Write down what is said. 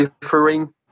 differing